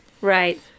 Right